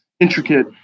intricate